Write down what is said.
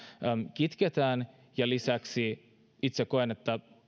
kitketään lisäksi itse koen että